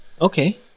Okay